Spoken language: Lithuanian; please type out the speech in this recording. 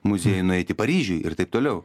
muziejų nueiti paryžiuj ir taip toliau